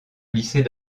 lycée